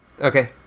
Okay